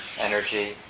energy